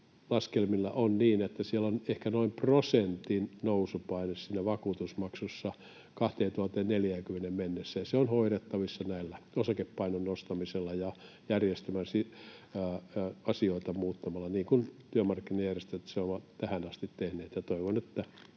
laskelmilla on niin, että siellä on ehkä noin prosentin nousupaine siinä vakuutusmaksussa vuoteen 2040 mennessä. Se on hoidettavissa osakepainon nostamisella ja asioita muuttamalla, niin kuin työmarkkinajärjestöt ovat tähän asti tehneet.